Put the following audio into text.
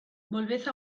volved